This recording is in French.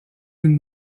une